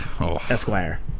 Esquire